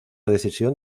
decisión